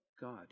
God